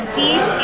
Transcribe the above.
deep